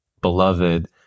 beloved